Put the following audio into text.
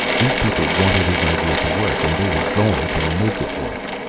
these people wanted his idea to work and they were going to make it work.